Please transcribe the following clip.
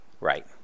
right